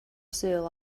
sul